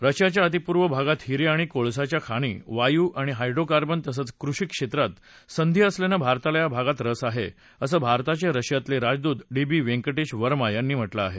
रशियाच्या अतिपूर्व भागात हिरे आणि कोळसाच्या खाणी वायू आणि हायड्रोकॉबर्न तसंच कृषी क्षेत्रात संधी असल्यानं भारताला या भागात रस आहे असं भारताचे रशियातले राजदूत डी बी व्यँकटेश वर्मा यांनी म्हटलं आहे